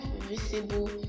visible